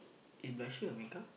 is blusher a make-up